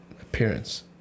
appearance